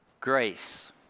Grace